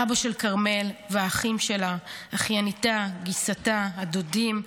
אבא של כרמל והאחים שלה, אחייניתה, גיסתה, הדודים,